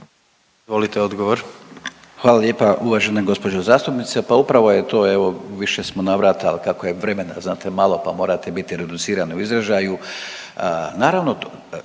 Izvolite odgovor.